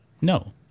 No